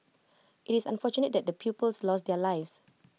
IT is unfortunate that the pupils lost their lives